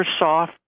Microsoft